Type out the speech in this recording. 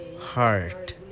heart